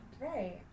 Right